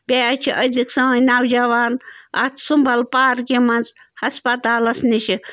بیٚیہِ حظ چھِ أزِکۍ سٲنۍ نَوجَوان اَتھ سُمٛبَل پارکِہ منٛز ہسپتالَس نِشہٕ